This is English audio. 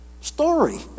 story